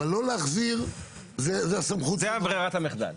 לא להחזיר --- זו ברירת המחדל.